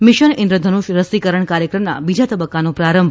mission Indradhanush રસીકરણ કાર્યક્રમના બીજા તબક્કાનો પ્રારંભ